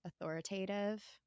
authoritative